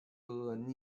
可能